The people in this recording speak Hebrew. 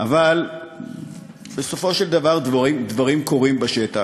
אבל בסופו של דבר דברים קורים בשטח,